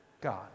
God